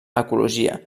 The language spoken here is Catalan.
ecologia